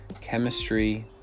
chemistry